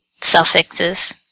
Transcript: suffixes